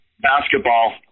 Basketball